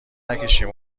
نکشین